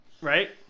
right